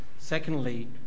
Secondly